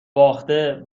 باخته